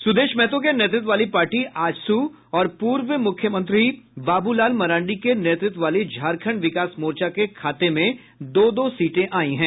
सुदेश महतो के नेतृत्व वाली पार्टी आजसू और पूर्व मुख्यमंत्री बाबू लाल मरांडी के नेतृत्व वाली झारखंड विकास मोर्चा के खाते में दो दो सीटें आयी हैं